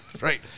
right